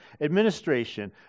administration